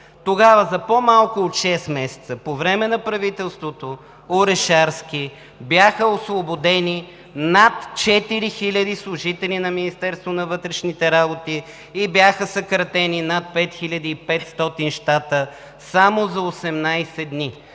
Тогава за по-малко от шест месеца по време на правителството на Орешарски бяха освободени над четири хиляди служители на Министерството на вътрешните работи и бяха съкратени над 5500 щата само за 18 дни.